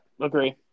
Agree